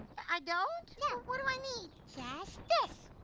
i don't? no. what do i need? just this.